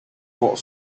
more